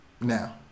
now